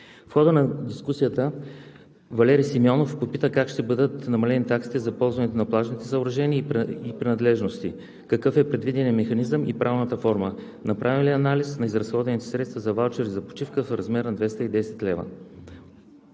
представител Валери Симеонов попита как ще бъдат намалени таксите за ползването на плажните съоръжения и принадлежности, какъв е предвиденият механизъм и правната форма; направен ли е анализ на изразходваните средства за ваучери за почивка в размер на 210 лв.